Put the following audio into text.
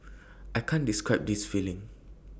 I can't describe this feeling